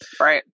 Right